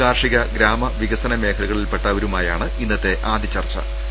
കാർഷിക ഗ്രാമ വികസന മേഖലകളിൽപ്പെട്ടവരുമായിട്ടാണ് ഇന്നത്തെ ആദ്യ ചർച്ചു